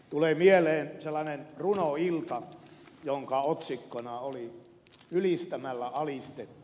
tulee mieleen sellainen runoilta jonka otsikkona oli ylistämällä alistettu